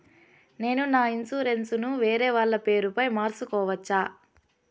నేను నా ఇన్సూరెన్సు ను వేరేవాళ్ల పేరుపై మార్సుకోవచ్చా?